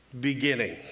beginning